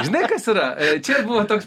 žinai kas yra čia ir buvo toks